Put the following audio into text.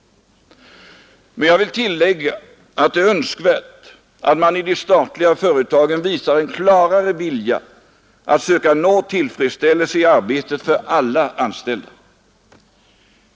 Men jag vill tillägga att det är önskvärt att man i de statliga företagen visar en klarare vilja att söka nå tillfredsställelse i arbetet för alla anställda.